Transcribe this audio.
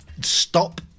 stop